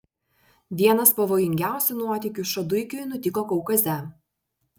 vienas pavojingiausių nuotykių šaduikiui nutiko kaukaze